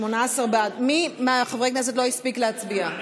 מי מחברי הכנסת לא הספיק להצביע?